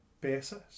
basis